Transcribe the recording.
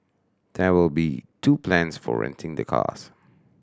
there will be two plans for renting the cars